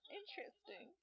interesting